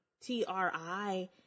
T-R-I